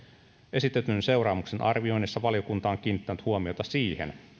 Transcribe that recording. esitetyn seuraamuksen arvioinnissa valiokunta on kiinnittänyt huomiota siihen